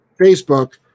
Facebook